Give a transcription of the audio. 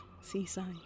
seaside